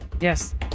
Yes